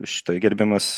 štai gerbiamas